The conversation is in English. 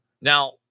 Now